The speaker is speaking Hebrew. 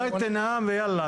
אולי תנאם ויאללה,